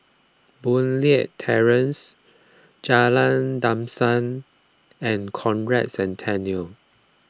Boon Leat Terrace Jalan Dusun and Conrad Centennial